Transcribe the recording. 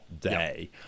day